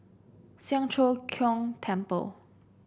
Siang Cho Keong Temple